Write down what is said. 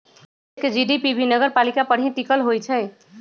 देश के जी.डी.पी भी नगरपालिका पर ही टिकल होई छई